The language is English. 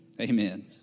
Amen